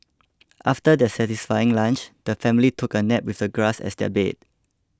after their satisfying lunch the family took a nap with the grass as their bed